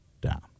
down